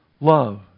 love